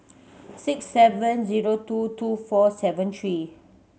six seven zero two two four seven three